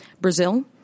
Brazil